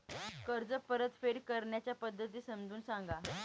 कर्ज परतफेड करण्याच्या पद्धती समजून सांगा